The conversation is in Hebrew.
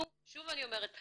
שוב אני אומרת,